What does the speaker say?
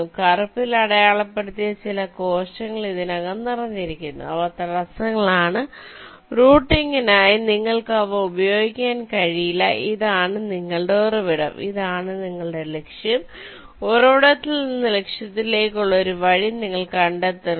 കറുപ്പിൽ അടയാളപ്പെടുത്തിയ ചില കോശങ്ങൾ ഇതിനകം നിറഞ്ഞിരിക്കുന്നു അവ തടസ്സങ്ങളാണ് റൂട്ടിംഗിനായി നിങ്ങൾക്ക് അവ ഉപയോഗിക്കാൻ കഴിയില്ല ഇതാണ് നിങ്ങളുടെ ഉറവിടം ഇതാണ് നിങ്ങളുടെ ലക്ഷ്യം ഉറവിടത്തിൽ നിന്ന് ലക്ഷ്യത്തിലേക്കുള്ള ഒരു വഴി നിങ്ങൾ കണ്ടെത്തേണ്ടതുണ്ട്